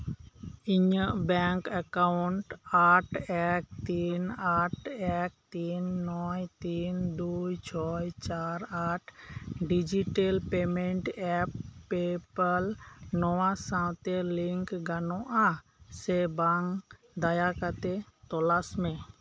ᱤᱧᱟᱹᱜ bank account ᱟᱴ ᱮᱠ ᱛᱤᱱ ᱟᱴ ᱮᱠ ᱛᱤᱱ ᱱᱚᱭ ᱛᱤᱱ ᱫᱩᱭ ᱪᱷᱚᱭ ᱪᱟᱨ ᱟᱴ ᱰᱤᱡᱤᱴᱟᱞ ᱯᱮᱢᱮᱱᱴ ᱮᱯ ᱯᱮᱯᱟᱞ ᱱᱚᱣᱟ ᱥᱟᱶᱛᱮ ᱞᱤᱝᱠ ᱜᱟᱱᱚᱜ ᱟ ᱥᱮ ᱵᱟᱝ ᱫᱟᱭᱟ ᱠᱟᱛᱮ ᱛᱚᱞᱟᱥ ᱢᱮ